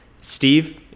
Steve